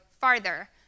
farther